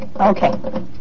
Okay